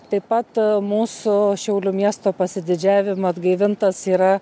taip pat mūsų šiaulių miesto pasididžiavimą atgaivintas yra